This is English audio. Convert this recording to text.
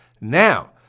Now